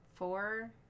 four